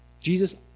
Jesus